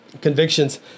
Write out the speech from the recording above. convictions